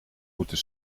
moeten